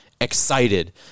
excited